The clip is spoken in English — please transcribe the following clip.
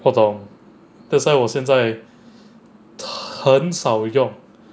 我懂 that's why 我现在很少用